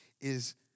Is